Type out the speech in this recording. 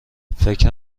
فکر